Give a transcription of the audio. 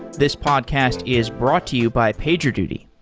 this podcast is brought to you by pagerduty.